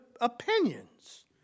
opinions